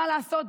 מה לעשות,